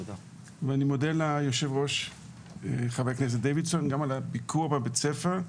ואני מודה ליושב ראש חבר הכנסת דוידסון גם על הביקור בבית הספר,